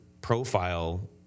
profile